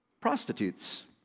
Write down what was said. prostitutes